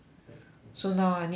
so now I need to like